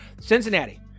Cincinnati